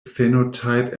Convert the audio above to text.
phenotype